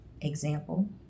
example